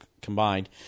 combined